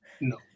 No